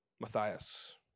Matthias